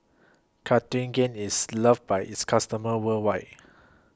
Cartigain IS loved By its customers worldwide